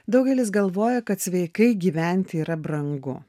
daugelis galvoja kad sveikai gyventi yra brangu